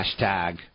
Hashtag